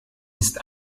ist